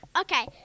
Okay